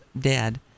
dead